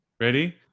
ready